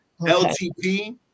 LTP